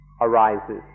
arises